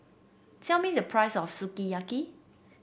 tell me the price of Sukiyaki